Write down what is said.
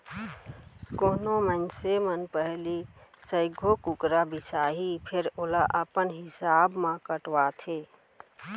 कोनो मनसे मन पहिली सइघो कुकरा बिसाहीं फेर ओला अपन हिसाब म कटवाथें